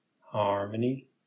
harmony